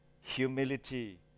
humility